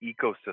ecosystem